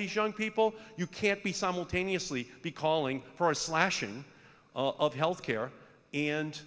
these young people you can't be simultaneously be calling for a slashing of health care and